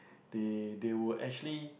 they they would actually